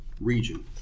region